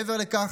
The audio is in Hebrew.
מעבר לכך,